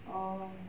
oh